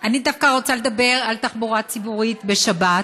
אני דווקא רוצה לדבר על תחבורה ציבורית בשבת,